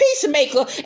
peacemaker